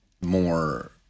more